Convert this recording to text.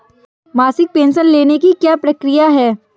मासिक पेंशन लेने की क्या प्रक्रिया है?